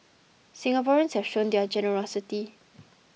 Singaporeans have shown their generosity